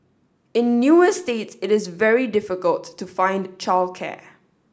in new estates it is very difficult to find childcare